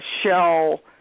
shell